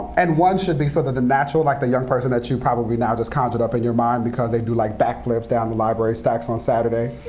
and one should be so that the natural, like the young person that you probably now just conjured up in your mind because they do like backflips down the library stacks on saturday.